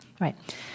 right